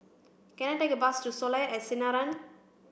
can I take a bus to Soleil at Sinaran